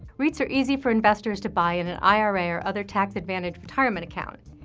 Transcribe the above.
reits are easy for investors to buy in an ira or other tax-advantaged retirement account,